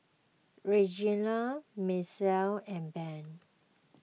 Reginal Misael and Ben